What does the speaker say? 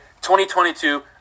2022